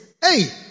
hey